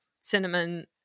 cinnamon